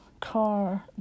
car